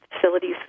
facilities